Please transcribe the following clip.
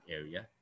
area